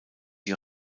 die